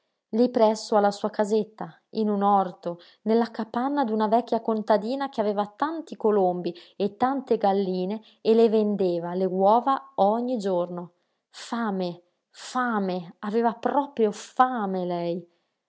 lí presso alla sua casetta in un orto nella capanna d'una vecchia contadina che aveva tanti colombi e tante galline e le vendeva le uova ogni giorno fame fame aveva proprio fame lei